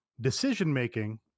decision-making